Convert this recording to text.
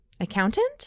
accountant